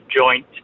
joint